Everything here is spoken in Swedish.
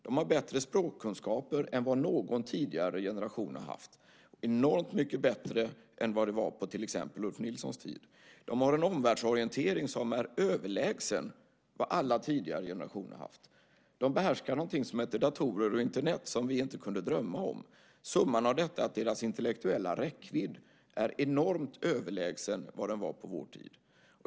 De har bättre språkkunskaper än vad någon tidigare generation har haft, enormt mycket bättre än på exempelvis Ulf Nilssons tid. De har en omvärldsorientering som är överlägsen vad alla tidigare generationer haft. De behärskar någonting som heter datorer och Internet som vi inte kunde drömma om. Summan av detta är att deras intellektuella räckvidd är enormt överlägsen den vi hade på vår tid.